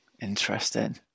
Interesting